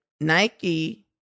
Nike